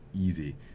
easy